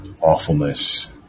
awfulness